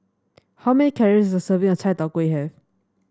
how many calories is a serving of Chai Tow Kuay have